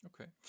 Okay